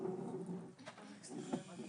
לבקשת ארגון נכי